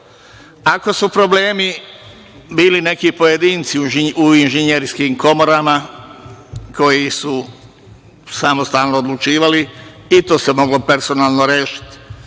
Ako su problemi bili neki pojedinci u inženjerskim komorama, koji su samostalno odlučivali, i to se moglo personalno rešiti. Mi